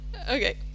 Okay